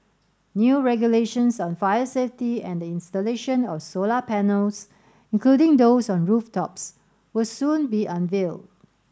new regulations on fire safety and the installation of solar panels including those on rooftops will soon be unveiled